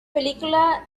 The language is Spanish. película